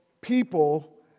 people